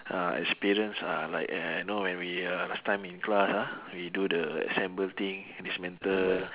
uh experience ah like uh you know when we uh last time in class ah we do the assemble thing dismantle